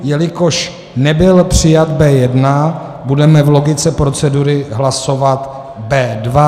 Jelikož nebyl přijat B1, budeme v logice procedury hlasovat B2.